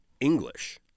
english